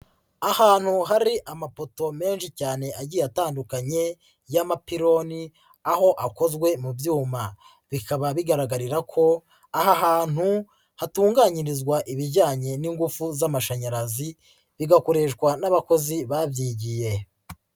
Ahantu hari amapoto menshi cyane agiye atandukanye y'amapiloni, aho akozwe mu byuma. Bikaba bigaragarira ko aha hantu hatunganyirizwa ibijyanye n'ingufu z'amashanyarazi, bigakoreshwa n'abakozi babyigiye.